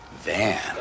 van